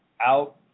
out